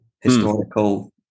historical